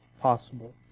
possible